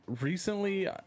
recently